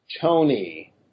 Tony